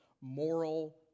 moral